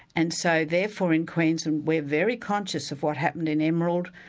and so therefore in queensland we're very conscious of what happened in emerald,